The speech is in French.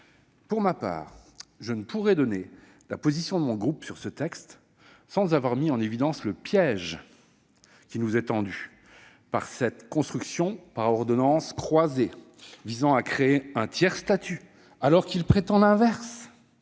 LOM en 2019. Je ne pourrai donner la position de mon groupe sur ce texte sans avoir préalablement mis en évidence le piège qui nous est tendu : cette construction par ordonnances croisées vise à créer un tiers-statut, alors que l'on prétend l'inverse